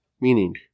Meaning